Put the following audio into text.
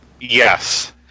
Yes